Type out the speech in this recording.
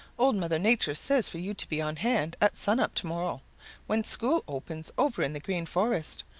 old mother nature says for you to be on hand at sun-up to-morrow when school opens over in the green forest.